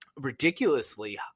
ridiculously